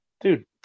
dude